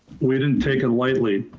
we didn't take it lightly.